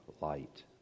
light